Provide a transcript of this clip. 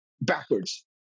backwards